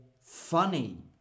funny